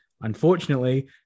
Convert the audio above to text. Unfortunately